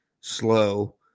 slow